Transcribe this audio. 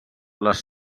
les